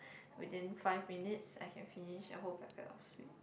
within five minutes I can finish a whole packet of sweets